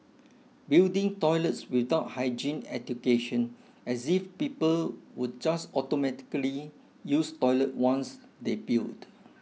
building toilets without hygiene education as if people would just automatically use toilet once they built